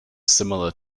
similar